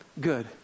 good